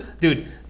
Dude